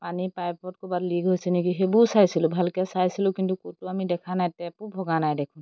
পানী পাইপত ক'ৰবাত লিক হৈছে নেকি সেইবোৰো চাইচিলোঁ ভালকৈ চাইচিলোঁ কিন্তু ক'তো আমি দেখা নাই টেপো ভগা নাই দেখোন